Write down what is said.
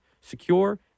secure